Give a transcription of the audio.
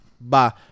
Bye